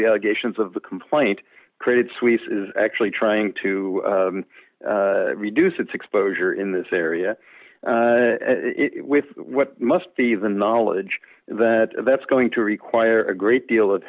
the allegations of the complaint credit suisse is actually trying to reduce its exposure in this area it what must be the knowledge that that's going to require a great deal of